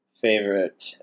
Favorite